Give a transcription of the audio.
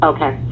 Okay